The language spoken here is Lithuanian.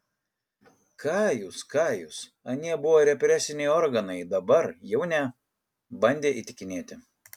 ką jūs ką jūs anie buvo represiniai organai dabar jau ne bandė įtikinėti